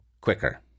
quicker